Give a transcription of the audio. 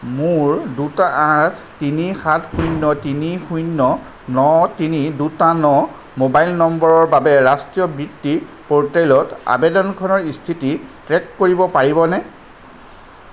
মোৰ দুটা আঠ তিনি সাত শূন্য তিনি শূন্য ন তিনি দুটা ন মোবাইল নম্বৰৰ বাবে ৰাষ্ট্ৰীয় বৃত্তি প'ৰ্টেলত আবেদনখনৰ স্থিতি ট্ৰে'ক কৰিব পাৰিবনে